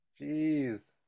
Jeez